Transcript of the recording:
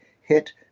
hit